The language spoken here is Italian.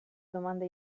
domanda